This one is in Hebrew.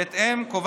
בהתאם לכך,